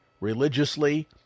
religiously